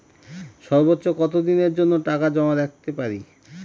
সর্বোচ্চ কত দিনের জন্য টাকা জমা রাখতে পারি?